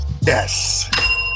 Yes